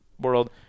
world